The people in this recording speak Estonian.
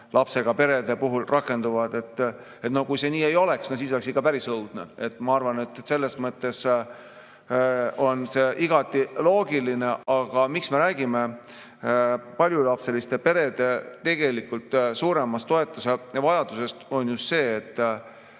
lapsega peredele. No kui see nii ei oleks, siis oleks ikka päris õudne. Ma arvan, et selles mõttes on see igati loogiline. Aga miks me räägime paljulapseliste perede suuremast toetusevajadusest, on ju see, et